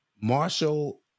Marshall